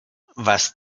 was